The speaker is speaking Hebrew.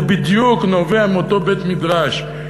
זה בדיוק נובע מאותו בית-מדרש,